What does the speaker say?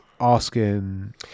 asking